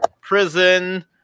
prison